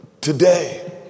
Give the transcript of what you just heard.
today